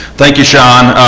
thank you sean,